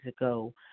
ago